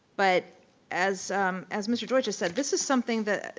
but as as mr. deutsch has said, this is something that.